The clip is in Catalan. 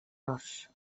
horts